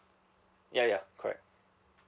ya ya correct